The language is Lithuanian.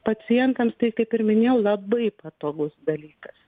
pacientams tai kaip ir minėjau labai patogus dalykas